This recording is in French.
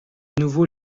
nouveau